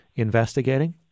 investigating